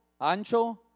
ancho